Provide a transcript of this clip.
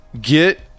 get